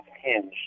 hinged